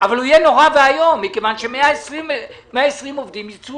אבל הוא יהיה נורא ואיום מכיוון ש-120 עובדים יצאו